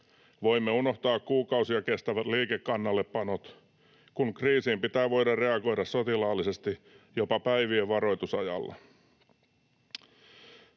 Voimme unohtaa kuukausia kestävät liikekannallepanot, kun kriisiin pitää voida reagoida sotilaallisesti jopa päivien varoitusajalla.